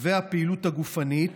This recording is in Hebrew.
והפעילות הגופנית